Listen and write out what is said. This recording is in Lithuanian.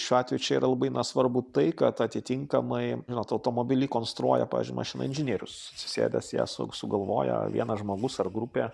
šiuo atveju čia yra labai svarbu tai kad atitinkamai žinot automobilį konstruoja pavyzdžiui mašiną inžinierius susėdęs jas sugalvoja vienas žmogus ar grupė